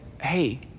hey